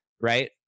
right